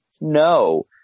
No